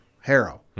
Harrow